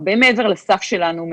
הרבה מעבר לסף שלנו,